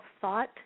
thought